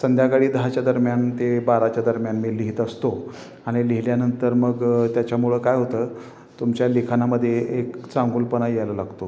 संध्याकाळी दहाच्या दरम्यान ते बाराच्या दरम्यान मी लिहीत असतो आणि लिहिल्यानंतर मग त्याच्यामुळं काय होतं तुमच्या लिखाणामध्ये एक चांगूलपणा यायला लागतो